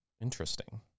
Interesting